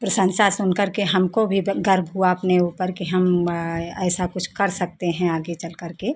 प्रशंसा सुन करके हमको भी गर्व हुआ अपने ऊपर कि हम ऐसा कुछ कर सकते हैं आगे चल करके